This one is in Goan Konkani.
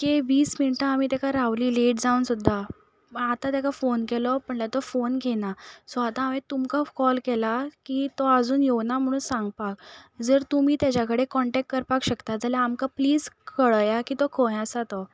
कितके वीस मिनटां आमी तेका रावली लेट जावन सुद्दां आतां तेका फोन केलो म्हटल्यार तो फोन घेयना सो हांवे आतां तुमकां कॉल केला की तो आजून येवना म्हणून सांगपा जर तुमी तेज्या कडेन कॉन्टेक्ट करपाक शकता जाल्यार आमकां प्लीज कळयात की तो खंय आसा तो